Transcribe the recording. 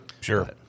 sure